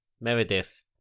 Meredith